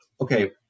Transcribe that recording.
okay